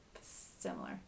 similar